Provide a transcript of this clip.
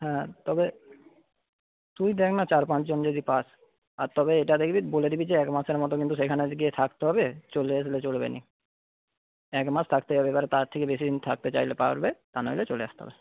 হ্যাঁ তবে তুই দেখ না চার পাঁচজন যদি পাস আর তবে এটা দেখবি বলে দিবি যে এক মাসের মতো কিন্তু সেখানে গিয়ে থাকতে হবে চলে আসলে চলবে না এক মাস থাকতেই হবে এবার তার থেকে বেশী দিন থাকতে চাইলে পারবে তা নাহলে চলে আসতে হবে